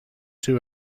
two